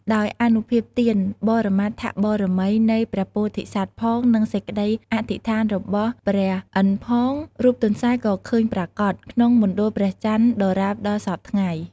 ដោយអនុភាពទាន បរមត្ថបារមីនៃព្រះពោធិសត្វផង និងសេចក្តីអធិដ្ឋាន របស់ព្រះឥន្ទផង រូបទន្សាយក៏ឃើញប្រាកដ ក្នុងមណ្ឌលព្រះចន្ទដរាបដល់សព្វថ្ងៃ។